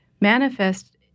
manifest